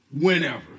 whenever